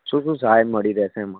શું શું સાહેબ મળી રહેશે એમાં